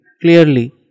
clearly